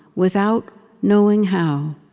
without knowing how.